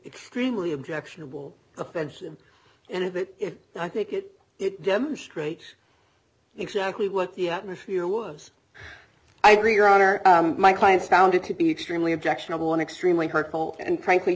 extremely objectionable offensive and that if i think it it demonstrates exactly what the atmosphere was i agree your honor my clients found it to be extremely objectionable and extremely hurtful and crank